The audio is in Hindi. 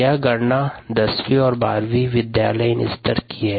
यह गणना दसवीं और बारहवीं विद्यालयीन स्तर की है